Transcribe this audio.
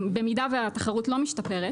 במידה שהתחרות לא משתפרת.